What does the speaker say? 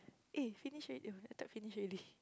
eh finish already I thought finish already